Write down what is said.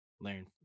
learn